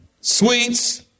sweets